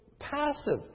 Passive